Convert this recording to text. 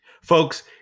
Folks